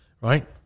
right